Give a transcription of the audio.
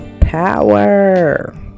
power